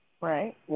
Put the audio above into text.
Right